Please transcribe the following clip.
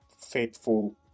faithful